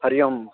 हरिः ओम्